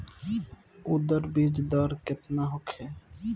उरद बीज दर केतना होखे?